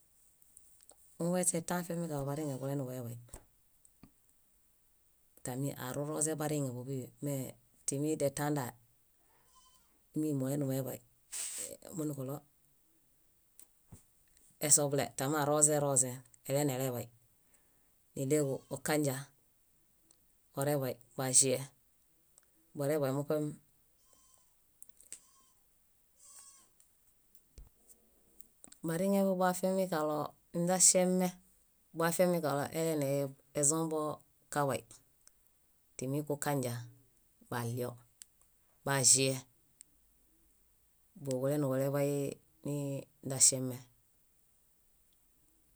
Muḃay eśe tã afiamikaɭo bariŋe bulaniḃueḃay. Tami aroroze bariŋeḃo bíḃi mee timi detandae múlu múlu malanemoeḃay. Munuġuɭo sil- esoḃule tami arozeeroze, alaneleḃay. Níɭeġu okanja oreḃay, baĵie boreḃay muṗemi. Bariŋeḃo boafiamikaɭo niźaŝeme afiamikaɭo elenezombo kaḃay timi kukanje, baĵie bobulaniḃulebay nii źaŝeme.